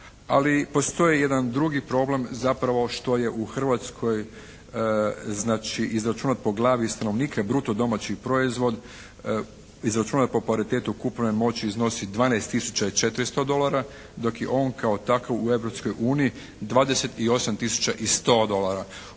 ali postoji jedan drugi problem zapravo što je u Hrvatskoj znači izračunat po glavi stanovnika bruto domaći proizvod izračunat po kvalitetu kupovne moći iznosi 12 tisuća 400 dolara dok je on kao takav u Europskoj